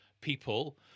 people